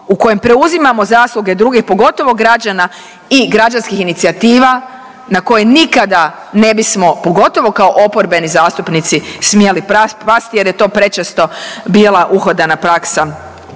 u kojem preuzimamo zasluge drugih pogotovo građana i građanskih inicijativa na koje nikada ne bismo pogotovo kao oporbeni zastupnici smjeli pasti jer je to prečesto bila uhodana praksa